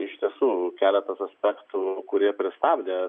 iš tiesų keletas aspektų kurie pristabdė